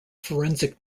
forensic